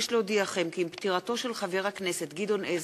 מאת חברי הכנסת זהבה גלאון,